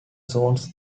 zones